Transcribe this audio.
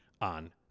on